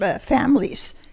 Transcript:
families